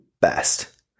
best